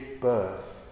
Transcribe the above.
birth